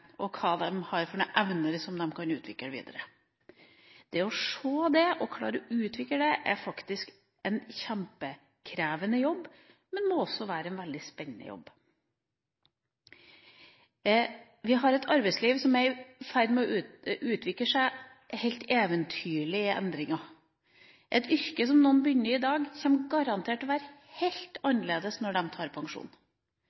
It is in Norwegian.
og hva slags evner de har, som de kan utvikle videre. Det å se det og klare å utvikle det, er faktisk en kjempekrevende jobb – men det må også være en veldig spennende jobb. Vi har et arbeidsliv som er i ferd med å utvikle seg i helt eventyrlige endringer. Et yrke som noen begynner i i dag, kommer garantert til å være helt